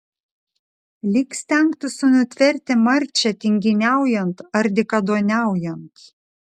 lyg stengtųsi nutverti marčią tinginiaujant ir dykaduoniaujant